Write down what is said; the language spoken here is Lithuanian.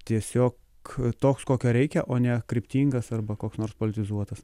tiesiog toks kokio reikia o ne kryptingas arba koks nors politizuotas